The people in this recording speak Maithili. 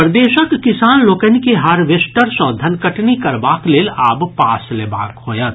प्रदेशक किसान लोकनि के हार्वेस्टर सँ धनकटनी करबाक लेल आब पास लेबाक होयत